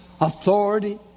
authority